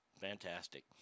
Fantastic